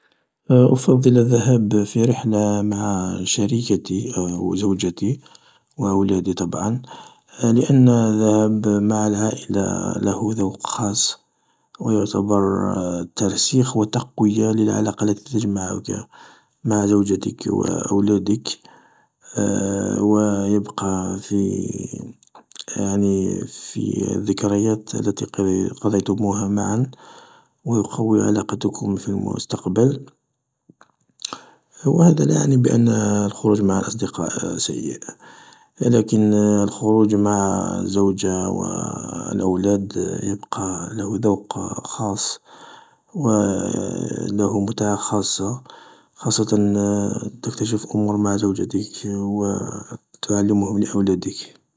أفضل الذهاب في رحلة مع شريكتي أوزوجتي وأولادي طبعا لان الذهاب مع العائلة له ذوق خاص و يعتبر ترسيخ و تقوية للعلاقة التي تجمعك مع زوجتك و اولادك و يبقى يعني في الذكريات التي قضيتموها معا و يقوي علاقتكم في المستقبل و هذا لا يعني بان الخروج مع الأصدقاء سيء، لكن الخروج مع الزوجة و الأولاد يبقى له ذوق خاص و له متعة خاصة، خاصة تكتشف أمور مع زوجتك وتعلمهم لأولادك.